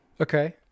Okay